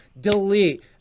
delete